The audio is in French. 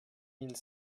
mille